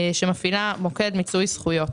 שמפעילה מוקד מיצוי זכויות.